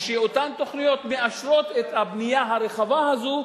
כשאותן תוכניות מאשרות את הבנייה הרחבה הזאת,